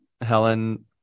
helen